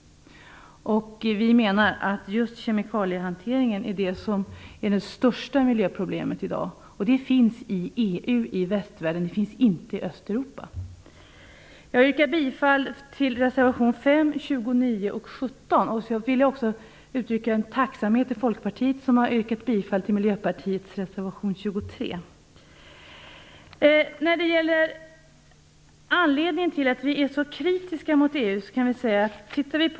Vi menar att just kemikaliehanteringen är det största miljöproblemet i dag. Problemet finns i EU - i västvärlden. Det finns inte i Östeuropa. Jag yrkar bifall till reservationerna 5, 29 och 17. Jag vill också uttrycka tacksamhet gentemot Folkpartiet som har yrkat bifall till Miljöpartiets reservation 23. När det gäller anledningen till att vi är så kritiska mot EU kan jag säga följande.